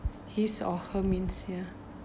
his or her means ya